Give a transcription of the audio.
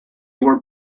were